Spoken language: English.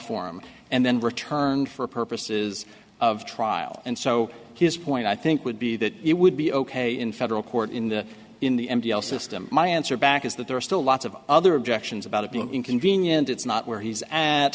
form and then returned for purposes of trial and so his point i think would be that it would be ok in federal court in the in the m p l system my answer back is that there are still lots of other objections about it being inconvenient it's not where he's at